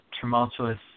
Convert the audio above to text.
tumultuous